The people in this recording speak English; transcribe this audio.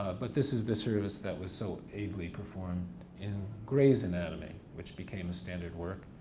but this is the service that was so ably performed in gray's anatomy which became a standard work.